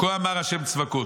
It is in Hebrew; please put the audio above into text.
"כה אמר השם צבאות"